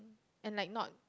and like not